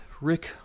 Rick